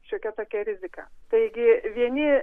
šiokia tokia rizika taigi vieni